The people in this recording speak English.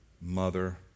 mother